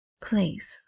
place